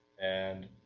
and,